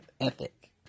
ethic